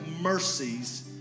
mercies